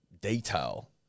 detail